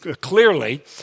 clearly